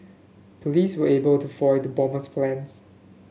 police were able to foil the bomber's plans